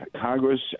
Congress